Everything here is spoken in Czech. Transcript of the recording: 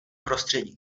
prostředí